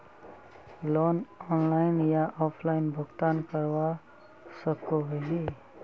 Loan online या offline भुगतान करवा सकोहो ही?